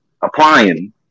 applying